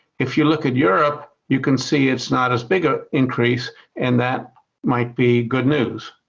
if you look at europe, you can see it's not as big a increase and that might be good news.